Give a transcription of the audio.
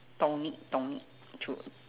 tonic tonic true